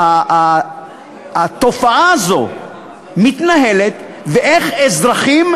התופעה הזאת מתנהלת ואיך אזרחים,